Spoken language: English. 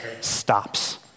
stops